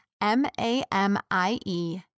M-A-M-I-E